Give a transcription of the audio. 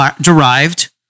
derived